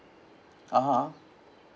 (uh huh)